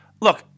Look